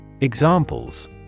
Examples